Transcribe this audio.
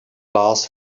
last